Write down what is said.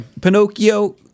pinocchio